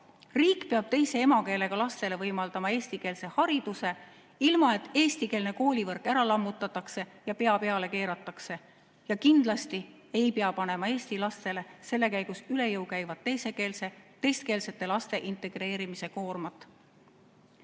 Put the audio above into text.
Riik peab teise emakeelega lastele võimaldama eestikeelse hariduse, ilma et eestikeelne koolivõrk ära lammutatakse ja pea peale keeratakse. Ja kindlasti ei pea panema eesti lastele selle käigus üle jõu käivat teiskeelsete laste integreerimise koormat. Meil